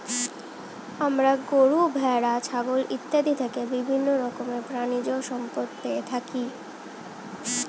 আমরা গরু, ভেড়া, ছাগল ইত্যাদি থেকে বিভিন্ন রকমের প্রাণীজ সম্পদ পেয়ে থাকি